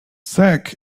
zak